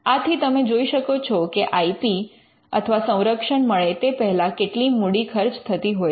આથી તમે જોઈ શકો છો કે આઇ પી અથવા સંરક્ષણ મળે તે પહેલા કેટલી મૂડી ખર્ચ થતી હોય છે